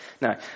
no